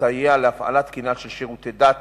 ולסייע להפעלה תקינה של שירותי דת,